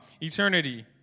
eternity